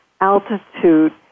altitude